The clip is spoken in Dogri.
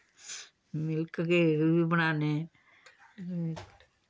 मिल्क केक बी बनान्ने